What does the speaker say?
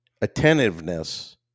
attentiveness